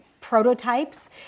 prototypes